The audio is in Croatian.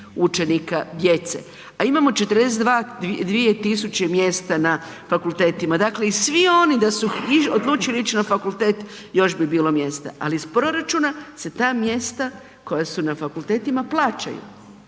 učenika djece, a imamo 42.000 mjesta na fakultetima dakle i svi oni da su odlučili ići na fakultet još bi bilo mjesta. Ali iz proračuna se ta mjesta koja su na fakultetima plaćaju.